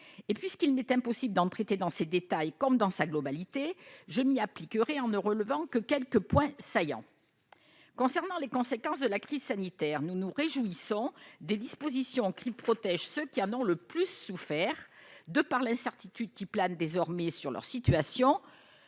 Puisqu'il m'est impossible d'en traiter dans ses détails comme dans sa globalité, je ne relèverai que quelques points saillants. Concernant les conséquences de la crise sanitaire, nous nous réjouissons des dispositions qui protègent ceux qui en ont le plus souffert, par l'incertitude qui plane désormais sur leur situation